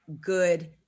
good